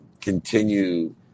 continue